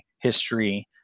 history